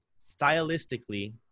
stylistically